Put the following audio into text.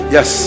Yes